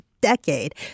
decade